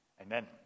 Amen